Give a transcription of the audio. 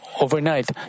overnight